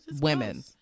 women